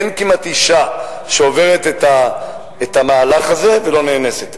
אין כמעט אשה שעוברת את המהלך הזה ולא נאנסת.